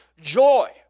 joy